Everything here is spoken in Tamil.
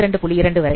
2 வரை